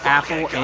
Apple